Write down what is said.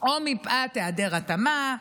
או מפאת היעדר התאמה,